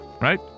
Right